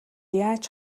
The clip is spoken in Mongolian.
яаж